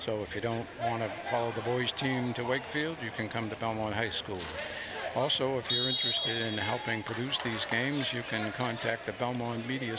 so if you don't want to call the boys team to wakefield you can come to town on high school also if you're interested in helping produce these games you can contact the belmont media